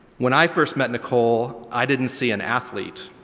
when i first met nicole, i didn't see an athlete,